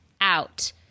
out